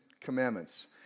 Commandments